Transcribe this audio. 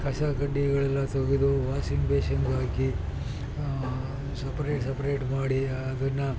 ಕಸ ಕಡ್ಡಿಗಳೆಲ್ಲ ತೆಗೆದು ವಾಸಿಂಗ್ ಬೇಶಿನ್ಗೆ ಹಾಕಿ ಸಪ್ರೇಟ್ ಸಪ್ರೇಟ್ ಮಾಡಿ ಅದನ್ನು